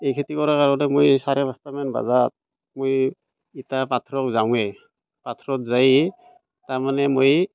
এই খেতি কৰাৰ কাৰণে মুই এই চাৰে পাঁচটামান বজাত মই এতিয়া পথাৰত যাওঁৱেই পথাৰত যায়েই তাৰমানে মই